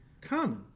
common